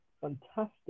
Fantastic